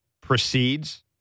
proceeds